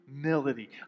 humility